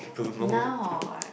now or what